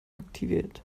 aktiviert